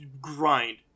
grind